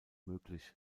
möglich